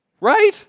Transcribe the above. Right